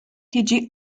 tiġi